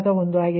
0384 0